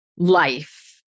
life